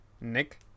Nick